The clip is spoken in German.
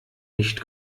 nicht